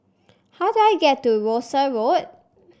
how do I get to Rosyth Road